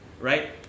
right